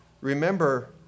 remember